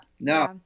no